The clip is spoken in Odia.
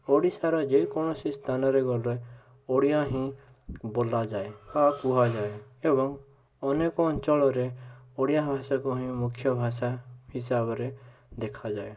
ଓଡ଼ିଶାରେ ଯେକୌଣସି ସ୍ଥାନରେ ଗଲେ ଓଡ଼ିଆ ହିଁ ବୋଲାଯାଏ ବା କୁହାଯାଏ ଏବଂ ଅନେକ ଅଞ୍ଚଳରେ ଓଡ଼ିଆ ଭାଷାକୁ ହିଁ ମୁଖ୍ୟ ଭାଷା ହିସାବରେ ଦେଖାଯାଏ